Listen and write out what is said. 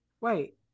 Wait